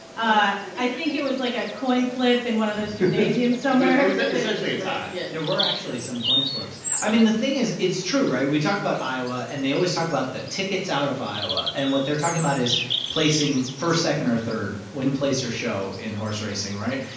i think it was, like, a coin flip in one of those gymnasiums somewhere it was ah essentially a tie yeah there were actually some coin flips. i mean, the thing is it's true, right? we talk about iowa, and they always talk about the tickets out of iowa. and what they're talking about is placing first, second or third win, place or show in horse racing, right?